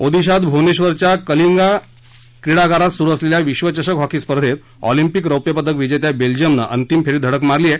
ओदिशात भुवनेश्वरच्या कलिंगा क्रीडागारात सुरू असलेल्या विश्वचषक हॉकी स्पर्धेत ऑलिंपिक रौप्यपदक विजेत्या बेल्जियमनं अंतिम फेरीत धडक मारली आहे